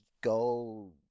go